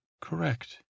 Correct